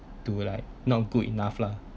to like not good enough lah